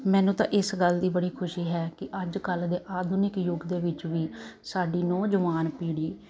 ਮੈਨੂੰ ਤਾਂ ਇਸ ਗੱਲ ਦੀ ਬੜੀ ਖੁਸ਼ੀ ਹੈ ਕਿ ਅੱਜ ਕੱਲ ਦੇ ਆਧੁਨਿਕ ਯੁੱਗ ਦੇ ਵਿੱਚ ਵੀ ਸਾਡੀ ਨੌਜਵਾਨ ਪੀੜੀ